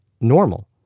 normal